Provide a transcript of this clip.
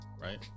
right